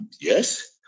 Yes